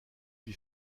lui